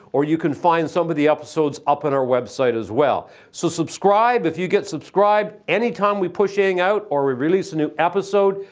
or you can find some of the episodes up on and our website as well. so subscribe, if you get subscribed, anytime we pushing out or we release a new episode,